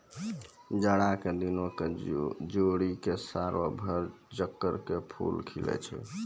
जाड़ा के दिनों क छोड़ी क सालों भर तग्गड़ के फूल खिलै छै